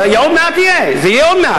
זה עוד מעט יהיה, זה יהיה עוד מעט.